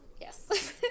yes